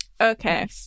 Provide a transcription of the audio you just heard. okay